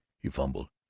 he fumbled